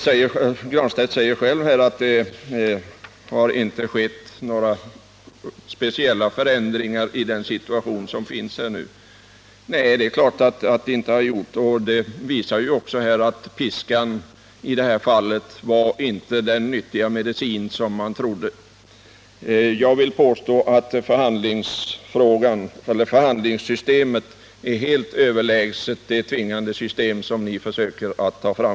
Pär Granstedt säger att det inte har skett några speciella förändringar i situationen. Nej, det är klart att det inte har gjort det, och det visar också att piskan i det här fallet inte var den nyttiga medicin som ni trodde. Jag vill påstå att förhandlingssystemet är helt överlägset det tvingande system som ni försöker ta fram.